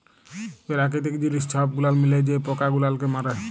পেরাকিতিক জিলিস ছব গুলাল মিলায় যে পকা গুলালকে মারে